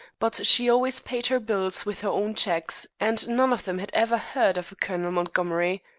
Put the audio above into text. but she always paid her bills with her own cheques, and none of them had ever heard of a colonel montgomery.